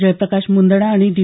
जयप्रकाश मुंदडा आणि डी